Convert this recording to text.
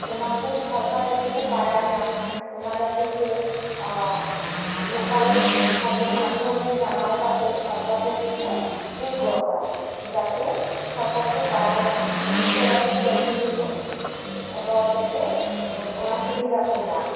ᱚᱱᱟ ᱠᱚ ᱥᱚᱨᱠᱟᱨ ᱡᱟᱛᱮ ᱠᱚ ᱵᱟᱲᱟᱭ ᱧᱟᱢ ᱚᱱᱟ ᱞᱟᱜᱤᱫ ᱛᱮ ᱟᱨ ᱞᱳᱠᱟᱞ ᱠᱷᱚᱵᱚᱨ ᱢᱟᱫᱽᱫᱷᱚᱢ ᱨᱮ ᱡᱟᱱᱟᱣ ᱠᱟᱛᱮᱜ ᱥᱚᱨᱠᱟᱨ ᱫᱷᱚᱵᱤᱡ ᱠᱚ ᱠᱩᱞ ᱜᱚᱫᱟ ᱡᱟᱛᱮ ᱥᱚᱨᱠᱟᱨ ᱠᱚ ᱵᱟᱲᱟᱭ ᱧᱟᱢ ᱩᱥᱟᱹᱨᱟᱛᱮ ᱠᱟᱢᱤ ᱦᱩᱭᱩᱜ ᱦᱚᱲ ᱡᱟᱛᱮ ᱚᱱᱟ ᱥᱩᱵᱤᱫᱟ ᱠᱚ ᱧᱟᱢ